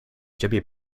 jimmy